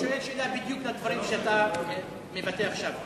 אני שואל שאלה בדיוק לדברים שאתה מבטא עכשיו.